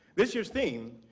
this year s theme,